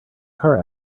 car